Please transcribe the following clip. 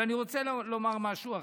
אבל אני רוצה לומר משהו אחר: